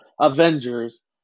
Avengers